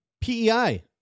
PEI